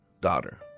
daughter